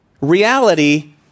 reality